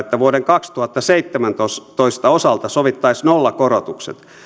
että vuoden kaksituhattaseitsemäntoista osalta sovittaisiin nollakorotukset